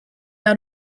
out